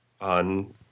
on